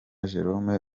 jerome